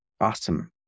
awesome